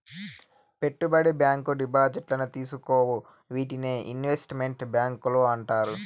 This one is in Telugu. పెట్టుబడి బ్యాంకు డిపాజిట్లను తీసుకోవు వీటినే ఇన్వెస్ట్ మెంట్ బ్యాంకులు అంటారు